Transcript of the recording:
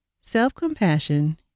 Self-compassion